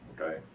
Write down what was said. okay